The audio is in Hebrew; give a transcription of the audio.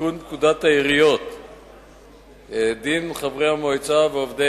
לתיקון פקודת העיריות (דין חברי המועצה ועובדי